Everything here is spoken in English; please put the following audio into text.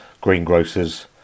greengrocers